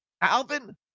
Alvin